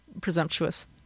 presumptuous